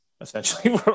essentially